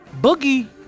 Boogie